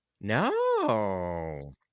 No